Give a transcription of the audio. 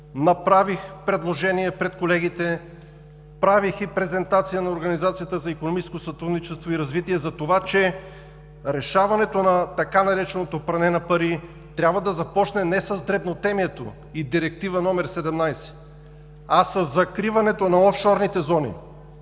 Направих предложение пред колегите, правих и презентация на Организацията за икономическо сътрудничество и развитие за това, че решаването на така нареченото „пране на пари“ трябва да започне не с дребнотемието и Директива № 17, а със закриването на офшорните зони.